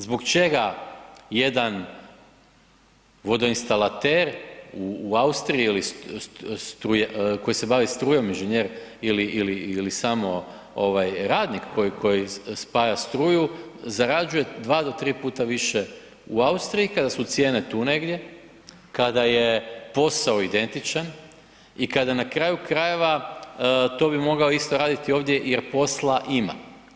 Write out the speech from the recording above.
Zbog čega jedan vodoinstalater u Austriji ili koji se bavi strujom inženjer ili samo radnik koji spaja struju, zarađuje 2 do 3 puta više u Austriji kada su cijene tu negdje, kada je posao identičan i kada na kraju krajeva to bi mogao isto raditi ovdje jer posla ima.